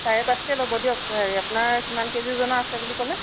চাৰে পাঁচকে ল'ব দিয়ক হেৰি আপোনাৰ কিমান কেজি ওজনৰ আছে বুলি ক'লে